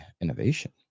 Innovation